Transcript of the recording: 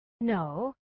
No